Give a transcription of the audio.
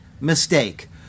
mistake